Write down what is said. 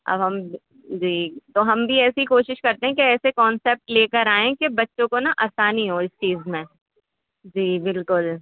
اب ہم جی تو ہم بھی ایسی ہی کوشش کرتے ہیں کہ ایسے کانسپٹ لے کر آئیں کہ بچوں کو نا آسانی ہو اس چیز میں جی بالکل